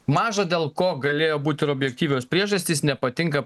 maža dėl ko galėjo būt ir objektyvios priežastys nepatinka